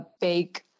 big